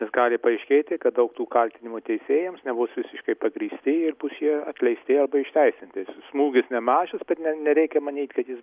nes gali paaiškėti kad daug tų kaltinimų teisėjams nebus visiškai pagrįsti ir bus jie atleisti arba išteisinti smūgis nemažas bet ne nereikia manyt kad jis